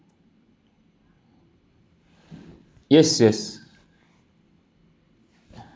yes yes